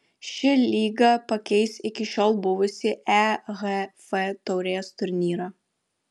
ši lyga pakeis iki šiol buvusį ehf taurės turnyrą